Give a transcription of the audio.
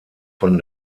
von